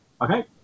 Okay